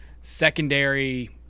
secondary